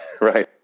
right